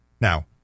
now